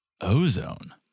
Ozone